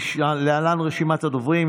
להלן רשימת הדוברים,